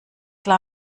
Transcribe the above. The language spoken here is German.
klar